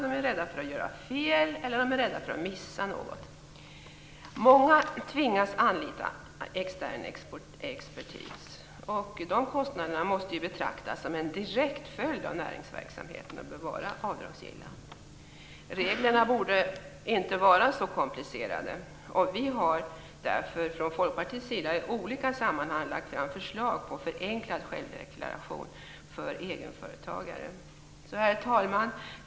De är rädda för att göra fel eller för att missa något. Många tvingas anlita extern expertis. De kostnaderna måste betraktas som en direkt följd av näringsverksamheten och bör vara avdragsgilla. Reglerna borde inte vara så komplicerade. Vi har därför från Folkpartiets sida i olika sammanhang lagt fram förslag om förenklad självdeklaration för egenföretagare. Herr talman!